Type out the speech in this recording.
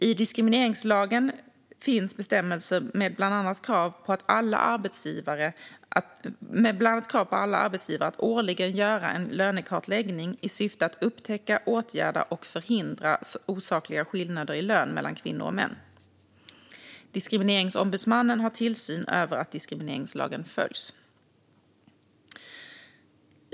I diskrimineringslagen finns bestämmelser med bland annat krav på alla arbetsgivare att årligen göra en lönekartläggning i syfte att upptäcka, åtgärda och förhindra osakliga skillnader i lön mellan kvinnor och män. Diskrimineringsombudsmannen har tillsyn över att diskrimineringslagen följs.